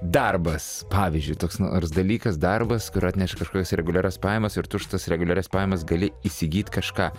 darbas pavyzdžiui toks nors dalykas darbas kur atneš kažkokias reguliarias pajamas ir tu už tas reguliarias pajamas gali įsigyti kažką